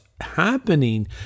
happening